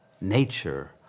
nature